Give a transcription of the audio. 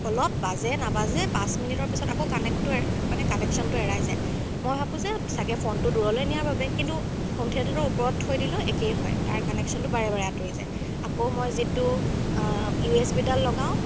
অলপ বাজে নাবাজে পাঁচ মিনিটৰ পিছত আকৌ কানেক্টটো মানে কানেকচনটো এৰাই যায় মই ভাবোঁ যে চাগে ফ'নটো দূৰলৈ নিয়াৰ বাবে কিন্তু সন্ধিয়াতোতো ওপৰত থৈ দিলোঁ একে হয় তাৰ কানেকচনটো বাৰে বাৰে আঁতৰি যায় আকৌ মই যিটো ইউ এছ বিডাল লগাওঁ